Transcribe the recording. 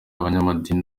abanyamadini